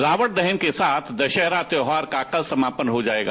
रावण दहन के साथ दशहरा त्यौहार का कल समापन हो जाएगा